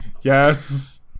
yes